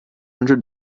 hundred